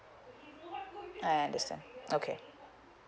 I understand okay